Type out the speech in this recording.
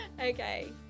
okay